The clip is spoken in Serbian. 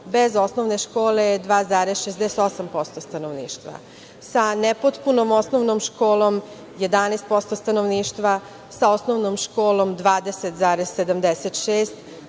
bez osnovne škole je 2,68% stanovništva. Sa nepotpunom osnovnom školom 11% stanovništva, sa osnovnom školom 20,76%,